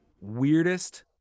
Weirdest